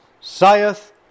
saith